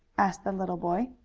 asked the little boy.